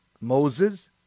Moses